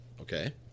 Okay